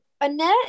annette